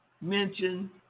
mention